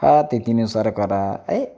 हां तिथीने सारं करा यें